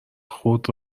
خود